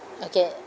okay